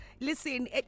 Listen